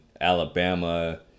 Alabama